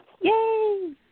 yay